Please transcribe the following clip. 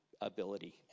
ability